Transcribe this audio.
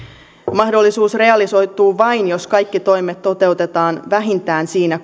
mahdollisuus realisoituu vain jos kaikki toimet toteutetaan vähintään siinä